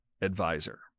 advisor